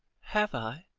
have i?